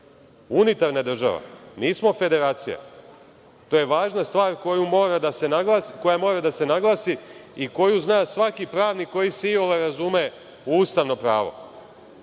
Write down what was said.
unitarna država, nismo federacija. To je važna stvar koja mora da se naglasi i koju zna svaki pravnik, koji se iole razume u ustavno pravo. Druga